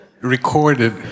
recorded